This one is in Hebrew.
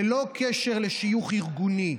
ללא קשר לשיוך ארגוני,